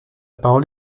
parole